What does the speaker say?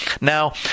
Now